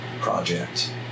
project